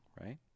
right